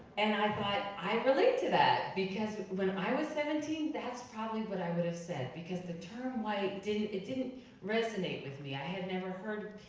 and i thought, i relate to that. because when i was seventeen, that's probably what i would have said. because the term white, it didn't it didn't resonate with me, i had never heard,